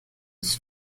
was